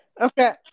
Okay